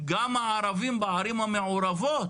גם הערבים בערים המעורבות